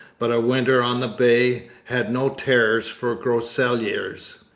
but a winter on the bay had no terrors for groseilliers.